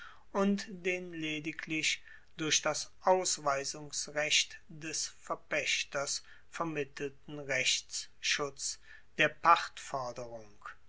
und den lediglich durch das ausweisungsrecht des verpaechters vermittelten rechtsschutz der